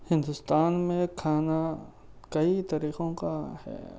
ہندوستان میں کھانا کئی طریقوں کا ہے